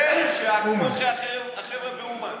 ושיעקבו אחרי החבר'ה באומן.